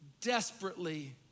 desperately